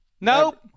Nope